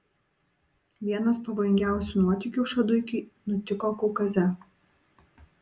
vienas pavojingiausių nuotykių šaduikiui nutiko kaukaze